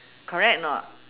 correct or not